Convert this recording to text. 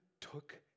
took